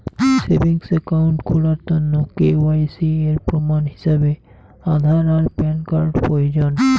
savings account খুলার তন্ন KYC এর প্রমাণ হিছাবে আধার আর প্যান কার্ড প্রয়োজন